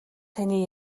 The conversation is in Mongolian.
таны